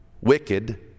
wicked